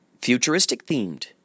futuristic-themed